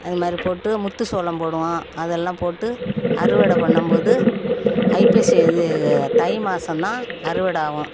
அதுமாதிரி போட்டு முத்து சோளம் போடுவோம் அதெல்லாம் போட்டு அறுவடை பண்ணும் போது ஐப்பசி இது தை மாசம் அறுவடை ஆகும்